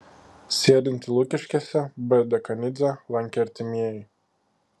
sėdintį lukiškėse b dekanidzę lankė artimieji